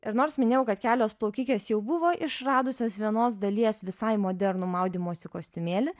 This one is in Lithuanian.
ir nors minėjau kad kelios plaukikės jau buvo išradusios vienos dalies visai modernų maudymosi kostiumėlį